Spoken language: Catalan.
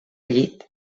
llit